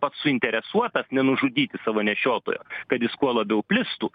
pats suinteresuotas nenužudyti savo nešiotojo kad jis kuo labiau plistų